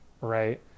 right